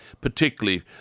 particularly